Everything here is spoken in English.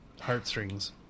heartstrings